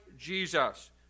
Jesus